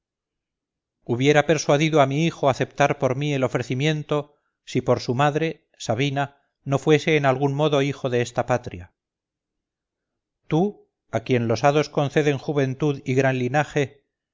hubiera persuadido a mi hijo a aceptar por mí el ofrecimiento si por su madre sabina no fuese en algún modo hijo de esta patria tú a quien los hados conceden juventud y gran linaje